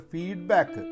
Feedback